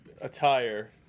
attire